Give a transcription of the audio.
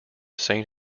saint